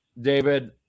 David